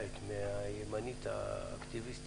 אתמול מישהו התקשר